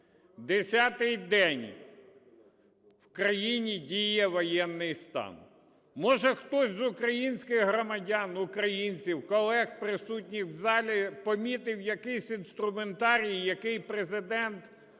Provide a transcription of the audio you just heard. Десятий день в країні діє воєнний стан. Може, хтось із українських громадян, українців, колег, присутніх в залі, помітив якийсь інструментарій, який Президент